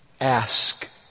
ask